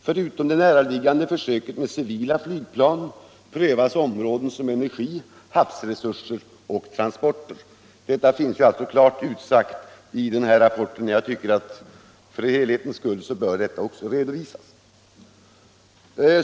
Förutom det näraliggande försöket med civila flygplan prövas områden som energi, havsresurser och transporter.” Detta finns alltså klart utsagt i rapporten. För helhetens skull bör också det redovisas.